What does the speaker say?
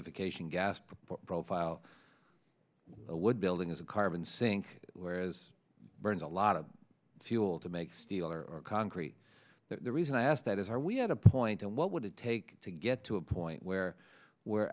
occasion gas profile would building as a carbon sink whereas burns a lot of fuel to make steel or concrete the reason i asked that is are we had a point and what would it take to get to a point where where